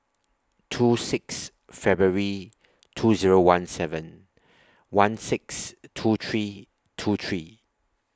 two six February two Zero one seven one six two three two three